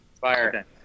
Fire